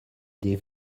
des